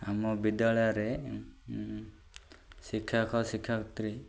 ଆମ ବିଦ୍ୟାଳୟରେ ଶିକ୍ଷକ ଶିକ୍ଷୟିତ୍ରୀ